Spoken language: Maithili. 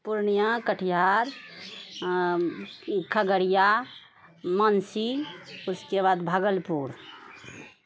पूर्णिया कटिहार खगड़िया मानसी उसके बाद भागलपुर